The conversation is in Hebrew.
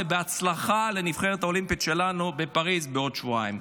ובהצלחה לנבחרת האולימפית שלנו בפריז בעוד שבועיים.